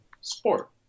sport